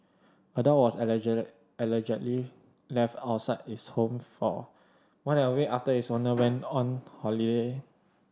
a dog was allegedly left outside its home for more than a week after its owner went on holiday